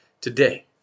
today